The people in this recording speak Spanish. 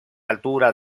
altura